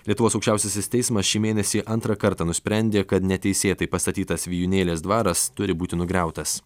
lietuvos aukščiausiasis teismas šį mėnesį antrą kartą nusprendė kad neteisėtai pastatytas vijūnėlės dvaras turi būti nugriautas